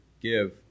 give